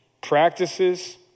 practices